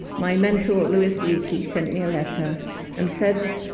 my mentor louis leakey sent me a letter and said,